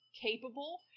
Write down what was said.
capable